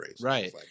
Right